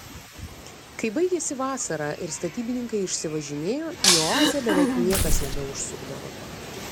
kai baigėsi vasara ir statybininkai išsivažinėjo į oazę beveik niekas nebeužsukdavo